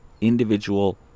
individual